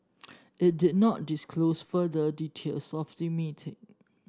it did not disclose further details of the meeting